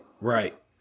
right